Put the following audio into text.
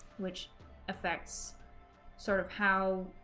which affects sort of how